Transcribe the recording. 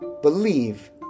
believe